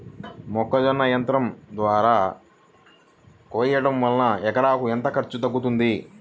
మొక్కజొన్న యంత్రం ద్వారా కోయటం వలన ఎకరాకు ఎంత ఖర్చు తగ్గుతుంది?